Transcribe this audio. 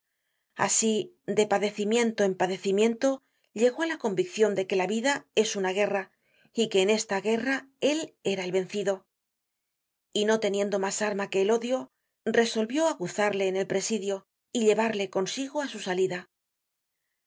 asi de padecimiento en padecimiento llegó á la conviccion de que la vida es una guerra y que en esta guerra él era el vencido y no teniendo mas arma que el odio resolvió aguzarle en el presidio y llevarle consigo á su salida